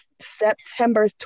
September